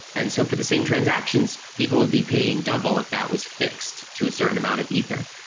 and so for the same transactions, people would be paying double if that was fixed to a certain amount of ether.